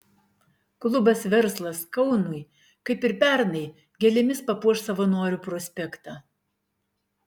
klubas verslas kaunui kaip ir pernai gėlėmis papuoš savanorių prospektą